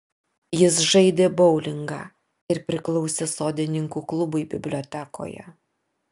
jis žaidė boulingą ir priklausė sodininkų klubui bibliotekoje